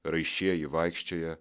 raišieji vaikščioja